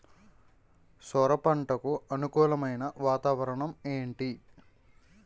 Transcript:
సొర పంటకు అనుకూలమైన వాతావరణం ఏంటి?